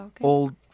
old